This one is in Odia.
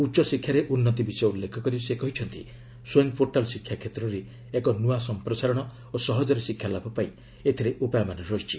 ଉଚ୍ଚଶିକ୍ଷାରେ ଉନ୍ନତି ବିଷୟ ଉଲ୍ଲେଖ କରି ସେ କହିଛନ୍ତି ସ୍ୱୟଂ ପୋର୍ଟାଲ୍ ଶିକ୍ଷାକ୍ଷେତ୍ରରେ ଏକ ନୂଆ ସମ୍ପ୍ରସାରଣ ଓ ସହଜରେ ଶିକ୍ଷାଲାଭ ପାଇଁ ଏଥିରେ ଉପାୟମାନ ରହିଛି